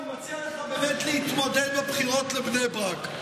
אני מציע לך באמת להתמודד בבחירות לבני ברק,